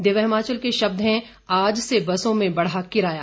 दिव्य हिमाचल के शब्द हैं आज से बसों में बढ़ा किराया